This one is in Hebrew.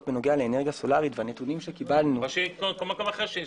בנוגע לאנרגיה סולרית- -- או שייתנו כל מקום אחר,